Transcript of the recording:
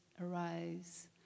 arise